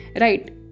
Right